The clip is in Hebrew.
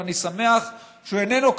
ואני שמח שהוא איננו כזה.